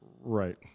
Right